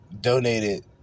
donated